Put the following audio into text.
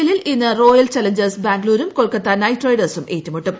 എല്ലിൽ ഇന്ന് royal challengers ബാംഗ്ലൂരും നൈറ്റ് റൈഡേഴ്സും ഏറ്റുമുട്ടും